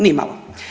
Nimalo.